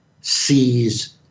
sees